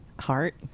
Heart